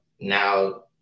now